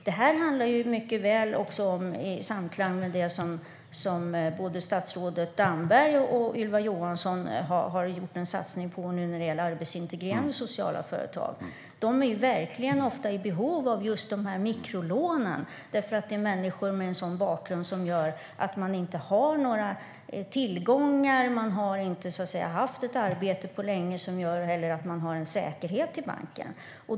Detta ligger också i linje med det både statsrådet Damberg och Ylva Johansson har gjort en satsning på, nämligen arbetsintegrerande sociala företag. De är ofta i behov av just dessa mikrolån, för det gäller människor med sådan bakgrund att de inte har några tillgångar. De har inte heller haft ett arbete på länge, vilket gör att de inte har en säkerhet i banken.